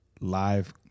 live